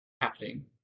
happening